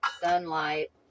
sunlight